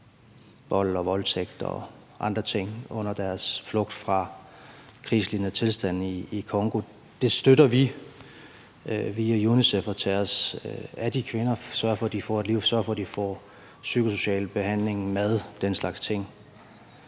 vold og voldtægter og andre ting under deres flugt fra krigslignende tilstande i Congo. Der støtter vi, at vi via Unicef tager os af de kvinder og sørger for, at de får et liv, og sørger for, at de får psykosocial behandling, mad og den slags ting.